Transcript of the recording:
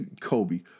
Kobe